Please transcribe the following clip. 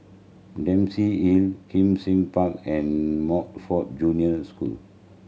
Dempsey Hill Kim Seng Park and Montfort Junior School